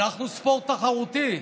לא, אנחנו ספורט תחרותי.